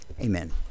Amen